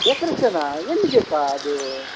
ಡೆಕ್ರೇಶನ್ನಾ ಎಲ್ಲಿಗೆ ಅಕ್ಕ ಅದು